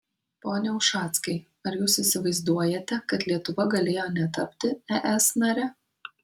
pone ušackai ar jūs įsivaizduojate kad lietuva galėjo netapti es nare